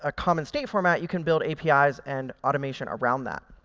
ah common state format, you can build apis and automation around that.